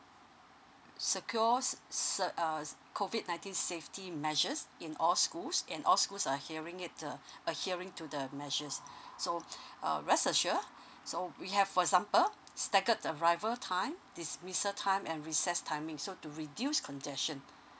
secures se~ uh COVID nineteen safety measures in all schools in all schools adhering it uh adhering to the measures so uh rest assured so we have for example staggered arrival time dismissal time and recess timing so to reduce congestion